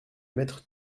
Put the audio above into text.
mettre